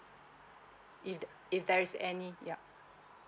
if if there's any yup